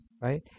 right